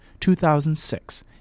2006